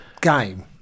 game